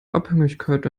abhängigkeit